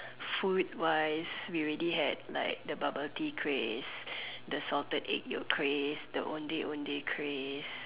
food wise we already had like the bubble tea craze the salted egg Yolk craze the ondeh-ondeh craze